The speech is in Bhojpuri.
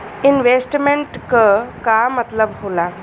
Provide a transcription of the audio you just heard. इन्वेस्टमेंट क का मतलब हो ला?